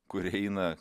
kur eina